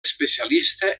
especialista